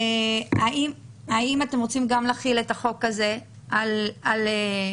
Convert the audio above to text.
האם אתם רוצים גם להחיל את החוק הזה על השטחים?